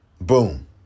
boom